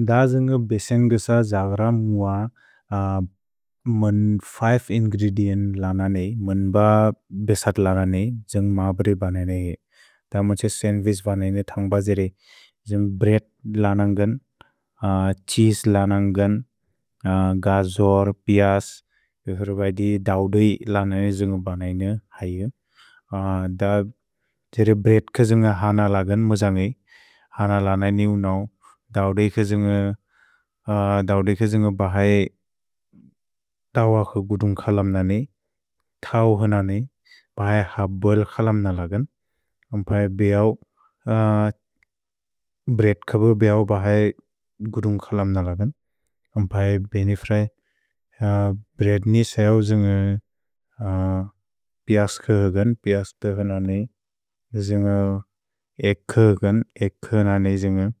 द द्जुन्ग बेसेन्गुस द्जग्र मुअ मुन् फिवे इन्ग्रेदिएन्त् लनने, मुन्ब बेसत् लनने द्जुन्ग मा प्रए बनने। द मोछ सन्द्विछ् बनने थन्ग्ब द्जेरे द्जुन्ग ब्रेअद् लनन्गन्, छीसे लनन्गन्, गजोर्, पियस्, युहुर्बैदि दव्दोइ लनने द्जुन्ग बनने हयु। द द्जेरे ब्रेअद् क द्जुन्ग हन लगन् मोज मे हन लननेवु नौ, दव्दोइ क द्जुन्ग दव्दोइ क द्जुन्ग बहए तवहु गुदुन्ग् खलम् नने, तव् हन ने, बहए हब्बल् खलम् नलगन्। कम्पय बिऔ, ब्रेअद् कब बिऔ बहए गुदुन्ग् खलम् नलगन्। कम्पय बेने फ्रए, ब्रेअद् ने सय द्जुन्ग पियस् ख लनने, द्जुन्ग एग्ग् ख लनने द्जुन्ग,